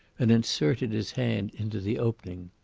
and inserted his hand into the opening.